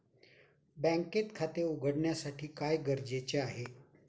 बँकेत खाते उघडण्यासाठी काय गरजेचे आहे?